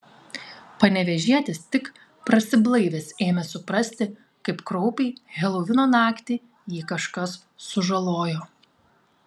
panevėžietis tik prasiblaivęs ėmė suprasti kaip kraupiai helovino naktį jį kažkas sužalojo